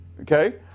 okay